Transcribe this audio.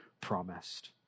promised